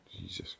Jesus